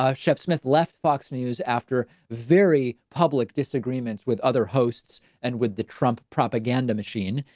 ah chip smith left fox news after very public disagreements with other hosts and with the trump propaganda machine.